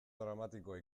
dramatikoa